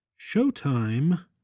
Showtime